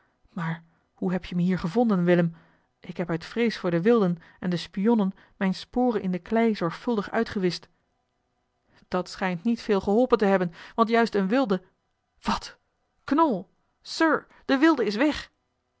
maar hoe heb je me hier gevonden willem ik heb uit vrees voor de wilden en de spionnen mijne sporen in de klei zorgvuldig uitgewischt dat schijnt niet veel geholpen te hebben want juist een wilde wat knol sir de wilde is weg